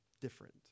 different